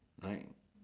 right